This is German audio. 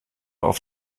auf